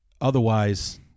Otherwise